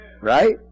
Right